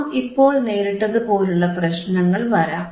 നാം ഇപ്പോൾ നേരിട്ടതുപോലുള്ള പ്രശ്നങ്ങൾ വരാം